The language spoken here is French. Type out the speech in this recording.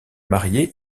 marié